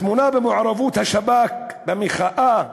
הטמונה במעורבות השב"כ במחאה.